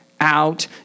out